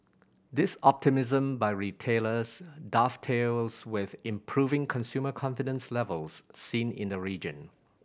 this optimism by retailers dovetails with improving consumer confidence levels seen in the region